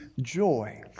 joy